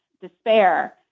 despair